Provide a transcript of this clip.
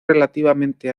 relativamente